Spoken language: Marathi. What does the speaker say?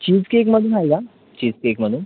चीज केकमधून आहे का चीज केकमधून